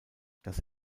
das